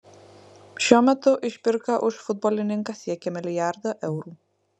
šiuo metu išpirka už futbolininką siekia milijardą eurų